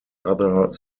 other